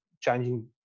changing